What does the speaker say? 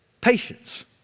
patience